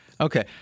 Okay